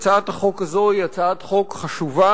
הצעת החוק הזאת היא הצעת חוק חשובה,